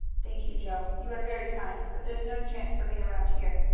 thank you, joe. you are very kind. but there's no chance for me around here.